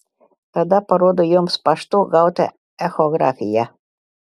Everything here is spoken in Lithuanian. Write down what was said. tada parodo joms paštu gautą echografiją